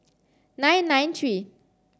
nine nine three